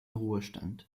ruhestand